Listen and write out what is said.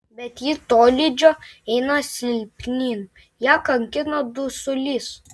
bet ji tolydžio eina silpnyn ją kankina dusulys